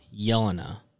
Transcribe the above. Yelena